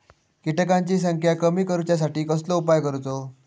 किटकांची संख्या कमी करुच्यासाठी कसलो उपाय करूचो?